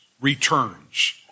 returns